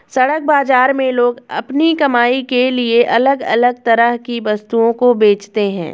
सड़क बाजार में लोग अपनी कमाई के लिए अलग अलग तरह की वस्तुओं को बेचते है